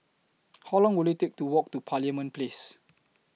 How Long Will IT Take to Walk to Parliament Place